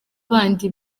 bandi